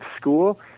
school